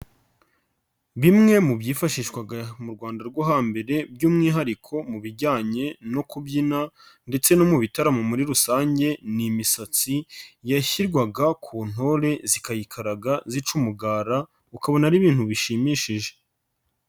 Bimwe mu byifashishwaga mu Rwanda rwo hambere by'umwihariko mu bijyanye no kubyina ndetse no mu bitaramo muri rusange ni imisatsi, yashyirwaga ku ntore zikayikaraga zica umugara, ukabona ari ibintu bishimishije.